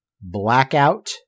Blackout